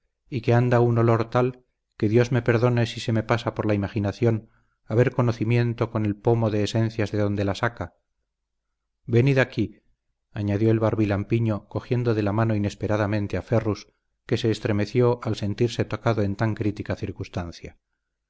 y que anda un olor tal que dios me perdone si se me pasa por la imaginación hacer conocimiento con el pomo de esencias de donde la saca venid aquí añadió el barbilampiño cogiendo de la mano inesperadamente a ferrus que se estremeció al sentirse tocado en tan crítica circunstancia